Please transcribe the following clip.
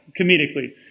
comedically